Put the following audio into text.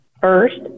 first